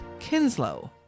Kinslow